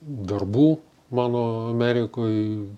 darbų mano amerikoj